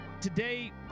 today